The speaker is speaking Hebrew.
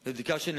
בבקשה.